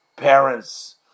parents